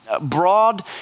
broad